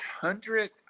hundred